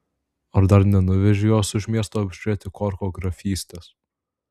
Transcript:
ar dar nenuvežei jos už miesto apžiūrėti korko grafystės